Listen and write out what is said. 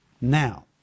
Now